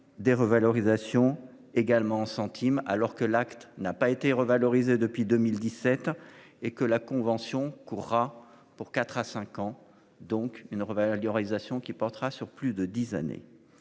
des revalorisations également centimes alors que l'acte n'a pas été revalorisée depuis 2017 et que la convention courra pour 4 à 5 ans, donc une revalorisation qui portera sur plus de 10 années.